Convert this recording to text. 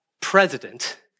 president